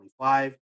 25